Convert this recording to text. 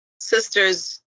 sisters